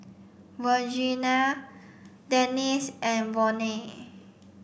Virginia Dennis and Volney